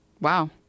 Wow